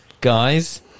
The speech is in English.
guys